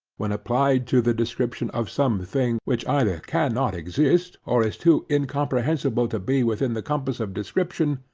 when applied to the description of some thing which either cannot exist, or is too incomprehensible to be within the compass of description,